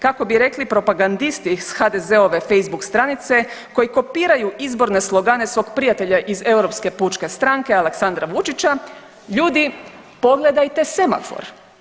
Kako bi rekli propagandisti iz HDZ-ove Facebook stranice koji kopiraju izborne slogane svog prijatelja iz Europske pučke stranke Aleksandra Vučića, ljudi, pogledajte semafor.